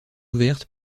ouverte